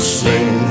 sing